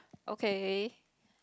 okay